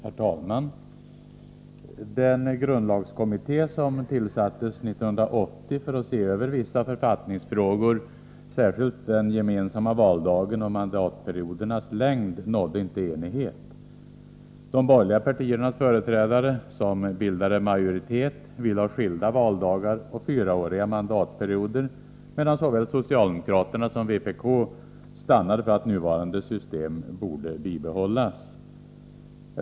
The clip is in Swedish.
Herr talman! Den grundlagskommitté som tillsattes 1980 för att se över vissa författningsfrågor, särskilt den gemensamma valdagen och mandatperiodernas längd, nådde inte enighet. De borgerliga partiernas företrädare som bildade majoritet ville ha skilda valdagar och fyraåriga mandatperioder, medan såväl socialdemokraterna som vpk stannade för att nuvarande system borde bibehållas.